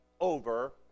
over